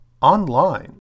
Online